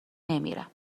نمیرم